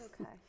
Okay